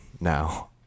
now